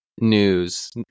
news